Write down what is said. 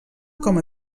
com